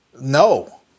No